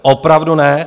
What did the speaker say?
Opravdu ne.